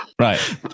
Right